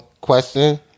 question